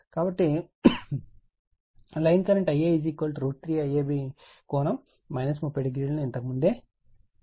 కాబట్టి line current Ia √ 3 IAB ∠ 30o ను మనం ఇంతకుముందే పొందాము